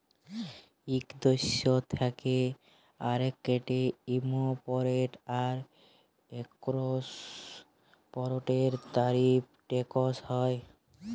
ইক দ্যেশ থ্যাকে আরেকটতে ইমপরট আর একেসপরটের তারিফ টেকস হ্যয়